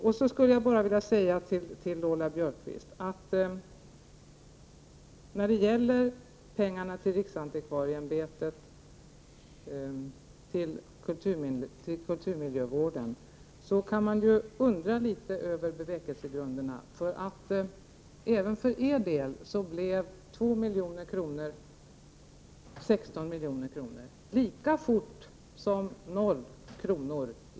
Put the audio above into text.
Jag vill bara säga till Lola Björkquist att jag undrar över bevekelsegrunderna när det gäller pengarna till riksantikvarieämbetet för kulturmiljövården. För folkpartiets del blev 2 milj.kr. lika fort 16 miljoner som 0 kr.